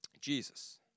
Jesus